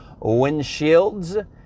windshields